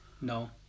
No